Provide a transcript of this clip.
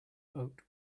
oat